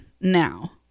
now